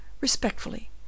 respectfully